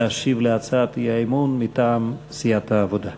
להשיב על הצעת האי-אמון מטעם סיעת העבודה.